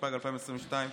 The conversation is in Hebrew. התשפ"ג 2023,